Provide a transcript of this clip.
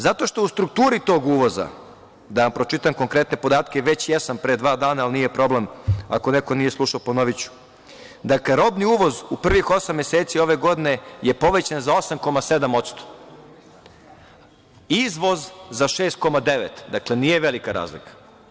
Zato što u strukturi tog uvoza, da vam pročitam konkretne podatke, već jesam pre dva dana, ali nije problem ako nije slušao ponoviću, da kada robni uvoz u prvih osam meseci ove godine je povećan za 8,7%, izvoz za 6,95, dakle, nije velika razlika.